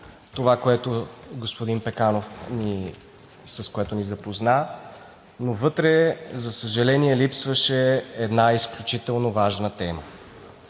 това, с което господин Пеканов ни запозна, но вътре, за съжаление, липсваше една изключително важна тема.